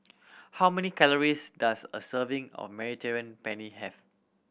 how many calories does a serving of Mediterranean Penne have